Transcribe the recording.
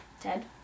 Ted